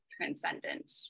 transcendent